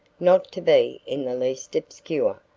not to be in the least obscure,